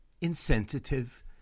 insensitive